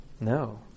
No